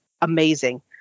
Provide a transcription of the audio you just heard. amazing